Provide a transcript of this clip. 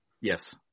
Yes